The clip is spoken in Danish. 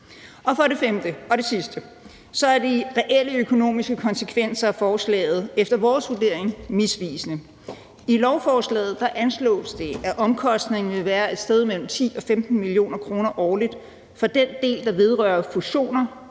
For det femte – og som det sidste – er de reelle økonomiske konsekvenser af forslaget efter vores vurdering misvisende. I lovforslaget anslås det, at omkostningen vil være et sted mellem 10 og 15 mio. kr. årligt for den del, der vedrører fusioner,